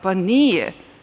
Pa nije.